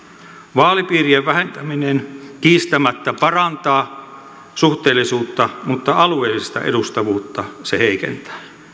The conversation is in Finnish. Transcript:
vaalipiirien vähentäminen kiistämättä parantaa suhteellisuutta mutta alueellista edustavuutta se heikentää